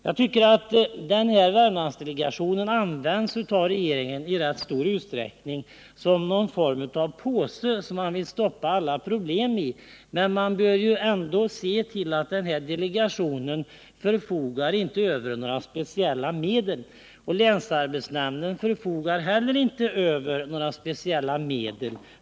Det förefaller som om Värmlandsdelegationen i rätt stor utsträckning används av regeringen som ett slags påse att stoppa ner alla problemen i. Men man bör ändå inse att denna delegation inte förfogar över några speciella medel för dessa ändamål. Inte heller länsarbetsnämnden förfogar över några sådana speciella medel.